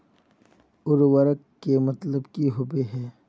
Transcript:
उर्वरक के मतलब की होबे है?